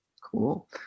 Cool